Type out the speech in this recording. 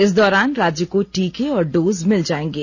इस दौरान राज्य को टीके और डोज मिल जाएंगे